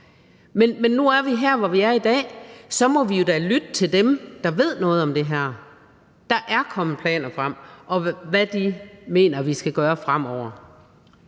Men nu er vi her, hvor vi er i dag, og så må vi da lytte til dem, der ved noget om det her. Der er kommet planer frem, i forhold til hvad de mener, vi skal gøre fremover.